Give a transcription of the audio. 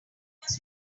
was